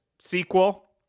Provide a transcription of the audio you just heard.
sequel